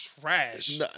trash